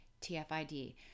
TFID